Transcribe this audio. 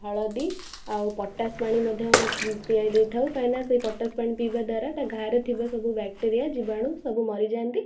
ହଳଦୀ ଆଉ ପଟାସ୍ ପାଣି ମଧ୍ୟ ପିଆଇ ଦେଇଥାଉ କାହିଁକିନା ସେ ପଟାସ୍ ପାଣି ପିଇବା ଦ୍ୱାରା ତା' ଘାଆରେ ଥିବା ସବୁ ବ୍ୟାକ୍ଟେରିଆ ଜୀବାଣୁ ସବୁ ମରିଯାଆନ୍ତି